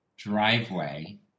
driveway